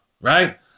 right